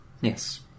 Yes